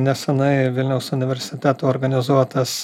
nesenai vilniaus universiteto organizuotas